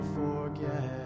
forget